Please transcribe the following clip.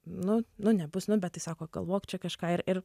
nu nu nebus nu bet tai sako galvok čia kažką ir ir